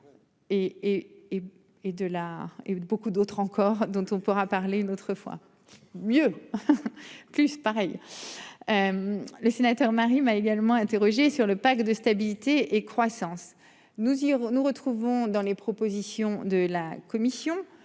et beaucoup d'autres encore dont on pourra parler une autre fois mieux. Plus pareil. Les sénateurs Marie m'a également interrogée sur le pacte de stabilité et croissance nous irons nous retrouvons dans les propositions de la commission